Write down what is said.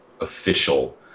official